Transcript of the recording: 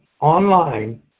online